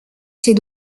ces